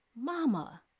Mama